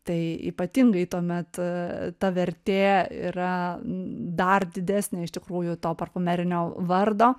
tai ypatingai tuomet ta vertė yra dar didesnė iš tikrųjų to parfumerinio vardo